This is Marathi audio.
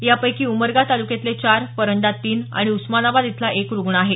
यापैकी उमरगा तालुक्यातले चार परंडा तीन आणि उस्मानाबाद इथला एक रुग्ण आहे